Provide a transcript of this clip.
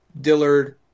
Dillard